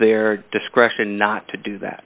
their discretion not to do that